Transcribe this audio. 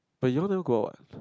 but you all never go out what